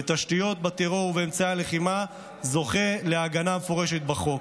בתשתיות הטרור ובאמצעי הלחימה זוכה להגנה מפורשת בחוק,